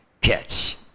catch